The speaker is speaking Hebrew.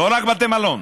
לא רק בתי מלון,